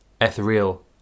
ethereal